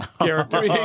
character